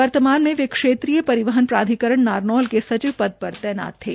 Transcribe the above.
वर्तमान में वे क्षेत्रिय परिवहन प्राधिकरण नारनौल के सचिव पद पर तैनात थे